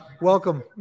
Welcome